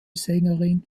sängerin